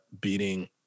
beating